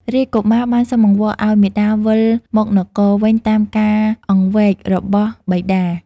រាជកុមារបានសុំអង្វរឱ្យមាតាវិលមកនគរវិញតាមការអង្វេររបស់បិតា។